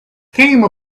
came